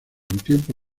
tiempo